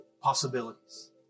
Possibilities